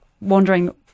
wondering